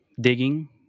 digging